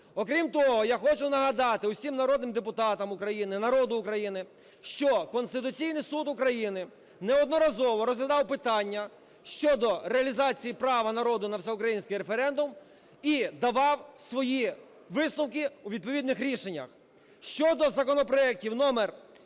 Окрім того, я хочу нагадати всім народним депутатам України, народу України, що Конституційний Суд України неодноразово розглядав питання щодо реалізації права народу на всеукраїнський референдум і давав свої висновки у відповідних рішеннях. Щодо законопроектів номер